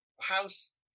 house